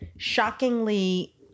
shockingly